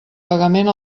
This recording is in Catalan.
pagament